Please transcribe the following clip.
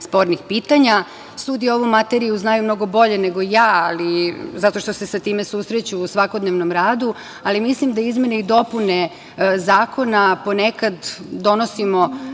spornih pitanja. Sudije ovu materiju znaju mnogo bolje nego ja, zato što se sa time susreću u svakodnevnom radu, ali mislim da izmene i dopune zakona ponekad donosimo